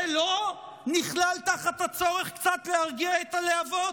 זה לא נכלל תחת הצורך קצת להרגיע את הלהבות?